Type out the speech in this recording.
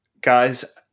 guys